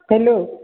hello